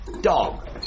Dog